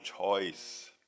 choice